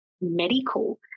medical